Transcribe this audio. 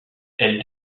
elle